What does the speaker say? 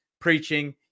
preaching